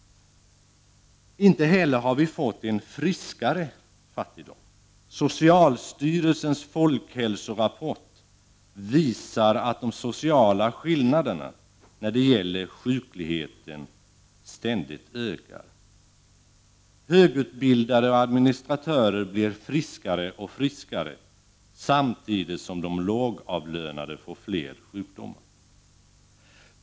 Inte heller har vi fått en friskare fattigdom. Socialstyrelsens folkhälsorapport visar att de sociala skillnaderna när det gäller sjukligheten ständigt ökar. Högutbildade och administratörer blir friskare och friskare, samtidigt som de lågavlönade får fler sjukdomar.